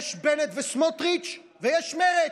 יש בנט וסמוטריץ' ויש מרצ.